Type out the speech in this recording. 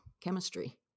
chemistry